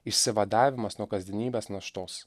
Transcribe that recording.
išsivadavimas nuo kasdienybės naštos